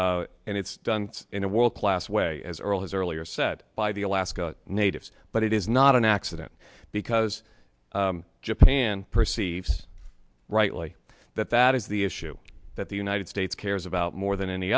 and it's done in a world class way as earl has earlier said by the alaska natives but it is not an accident because japan perceives rightly that that is the issue that the united states cares about more than any